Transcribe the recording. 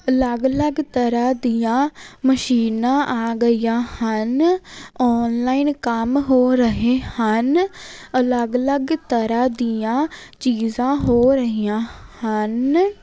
ਅਲੱਗ ਅਲੱਗ ਤਰ੍ਹਾਂ ਦੀਆਂ ਮਸ਼ੀਨਾਂ ਆ ਗਈਆਂ ਹਨ ਆਨਲਾਈਨ ਕੰਮ ਹੋ ਰਹੇ ਹਨ ਅਲੱਗ ਅਲੱਗ ਤਰ੍ਹਾਂ ਦੀਆਂ ਚੀਜ਼ਾਂ ਹੋ ਰਹੀਆਂ ਹਨ